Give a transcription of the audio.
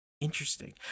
interesting